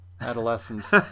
adolescence